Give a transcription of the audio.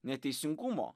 ne teisingumo